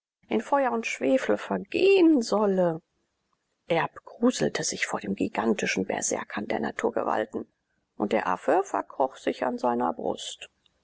in feuer und schwefel vergehen solle erb gruselte sich vor dem gigantischen berserkern der naturgewalten und der affe verkroch sich an seiner brust